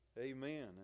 Amen